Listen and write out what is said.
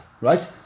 right